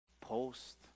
post